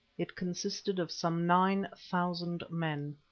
it consisted of some nine thousand men.